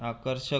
आकर्षक